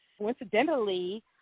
coincidentally